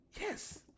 Yes